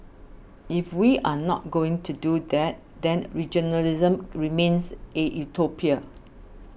if we are not going to do that then regionalism remains a utopia